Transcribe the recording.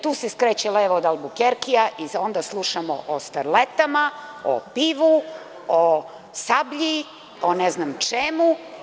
Tu se skreće levo od Albukerkija i onda slušamo o starletama, o pivu, o „Sablji“, o ne znam čemu.